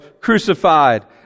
crucified